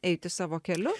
eiti savo keliu